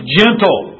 gentle